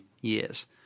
years